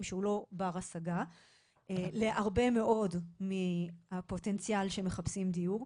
שהוא לא בר השגה להרבה מאוד מהפוטנציאל שמחפשים דיור.